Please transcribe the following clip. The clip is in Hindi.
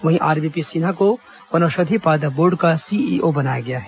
वहीं आरबीपी सिन्हा को वनोषधि पादप बोर्ड का सीईओ बनाया गया है